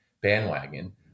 bandwagon